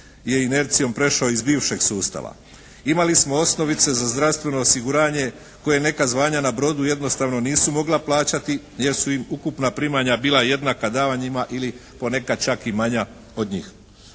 je inercijom prešao iz bivšeg sustava. Imali smo osnovice za zdravstveno osiguranje koje neka zvanja na brodu jednostavno nisu mogla plaćati jer su im ukupna primanja bila jednaka davanjima ili ponekad čak i manja od njih.